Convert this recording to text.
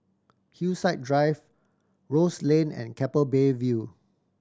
Hillside Drive Rose Lane and Keppel Bay View